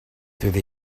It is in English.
through